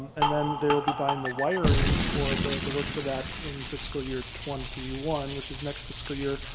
and then they will be buying the wiring for the the work for that in fiscal year twenty one, which is next fiscal year.